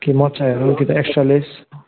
कि मोजाहरू कि त एक्स्ट्रा लेस